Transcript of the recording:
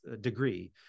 degree